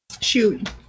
shoot